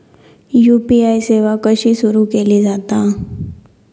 UPI सेवा कशी सुरू केली जाता?